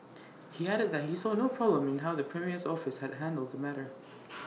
he added that he saw no problem in how the premier's office had handled the matter